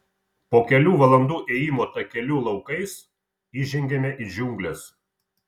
po kelių valandų ėjimo takeliu laukais įžengiame į džiungles